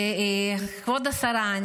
כבוד השרה,